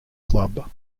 club